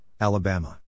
Alabama